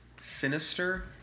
sinister